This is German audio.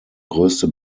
größte